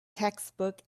textbook